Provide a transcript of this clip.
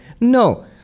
No